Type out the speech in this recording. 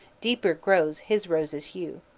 deeper grow his rose's hue.